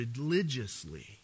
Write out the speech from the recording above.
religiously